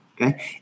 Okay